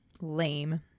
lame